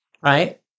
right